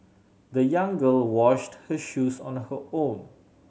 the young girl washed her shoes on the her own